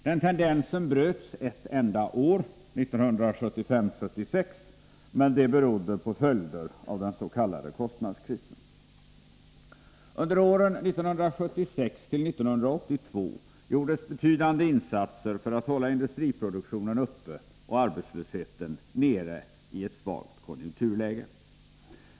Den tendensen bröts ett enda år, 1975/76, men det berodde på följder av den s.k. kostnadskrisen. Under åren 1976-1982 gjordes betydande insatser för att hålla industriproduktionen uppe och arbetslösheten nere i ett svagt konjunkturläge.